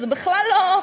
זה בכלל לא,